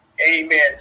Amen